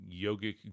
yogic